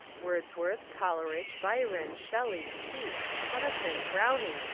wordsworth, coleridge, byron, shel ley, keats, tennyson, browning,